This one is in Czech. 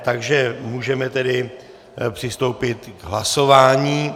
Takže můžeme přistoupit k hlasování.